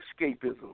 escapism